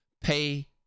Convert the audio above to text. pay